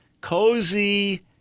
cozy